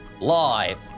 live